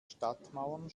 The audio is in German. stadtmauern